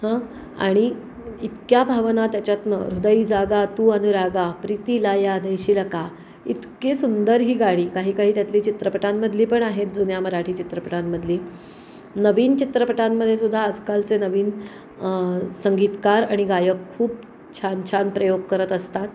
हं आणि इतक्या भावना त्याच्यातनं हृदयी जागा तू अनुरागा प्रीतीला या देशील का इतके सुंदर ही गाणी काहीकाही त्यातली चित्रपटांमधली पण आहेत जुन्या मराठी चित्रपटांमधली नवीन चित्रपटांमध्येसुद्धा आजकालचे नवीन संगीतकार आणि गायक खूप छान छान प्रयोग करत असतात